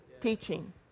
Teaching